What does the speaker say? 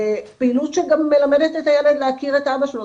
פעילות שגם מלמדת את הילד להכיר את אבא שלו,